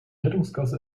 rettungsgasse